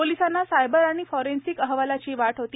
पोलिसांना सायबर आणि फॉरेन्सिक अहवालाची वाट होती